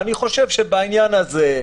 אני חושב בעניין הזה,